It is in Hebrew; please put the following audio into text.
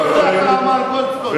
מה עם גולדסטון?